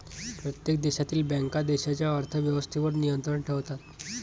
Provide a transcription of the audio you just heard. प्रत्येक देशातील बँका देशाच्या अर्थ व्यवस्थेवर नियंत्रण ठेवतात